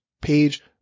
page